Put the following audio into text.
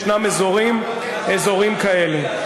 יש אזורים כאלה.